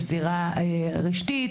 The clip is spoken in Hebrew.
יש זירה רשתית,